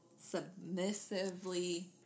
submissively